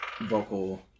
vocal